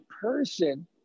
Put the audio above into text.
person